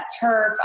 turf